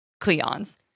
Cleons